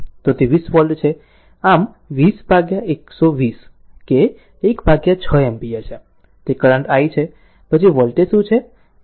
તો તે 20 વોલ્ટ છે આમ 20120 કે 16 એમ્પીયર છે તે કરંટ i છે પછી વોલ્ટેજ શું છે